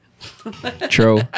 True